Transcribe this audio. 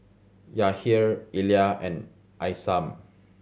Yahir Elia and Isam